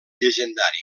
llegendari